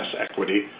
equity